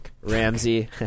Ramsey